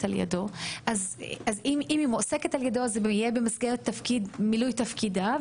על-ידו זה יהיה במסגרת מילוי תפקידה,